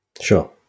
Sure